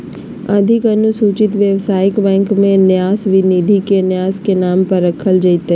अधिक अनुसूचित व्यवसायिक बैंक में न्यास निधि के न्यास के नाम पर रखल जयतय